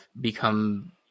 become